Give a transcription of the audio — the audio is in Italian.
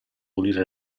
pulire